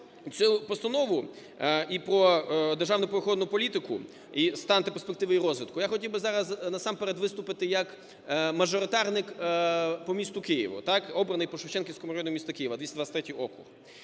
цю постанову і про державну природоохоронну політику, і стан та перспективи її розвитку, я хотів би зараз насамперед виступити як мажоритарник по місту Києву, так, обраний по Шевченківському району міста Києва, 223 округ.